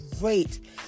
great